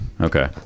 Okay